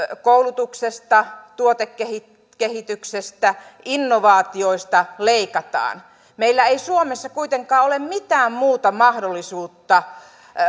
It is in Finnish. koulutuksesta tuotekehityksestä innovaatioista leikataan meillä ei suomessa kuitenkaan ole mitään muuta mahdollisuutta